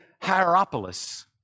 Hierapolis